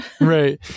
Right